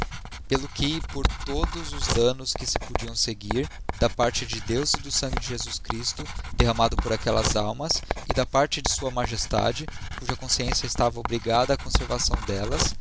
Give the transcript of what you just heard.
pelo que e por todos os damnos que se podiam seguir da parte de deus e do sangue de jesus chirsto derramado por aquellas almas e da parte de s m cuja consciência estava obrigada á conservação delias